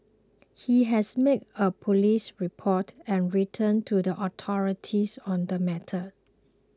he has made a police report and written to the authorities on the matter